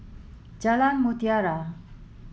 Jalan Mutiara